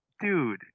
dude